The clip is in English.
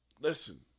Listen